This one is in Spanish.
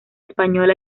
española